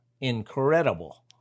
Incredible